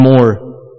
more